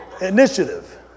initiative